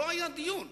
לא היה דיון.